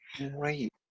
right